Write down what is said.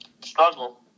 struggle